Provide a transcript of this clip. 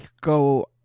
go